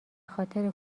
خاطر